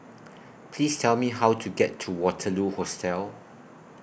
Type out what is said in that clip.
Please Tell Me How to get to Waterloo Hostel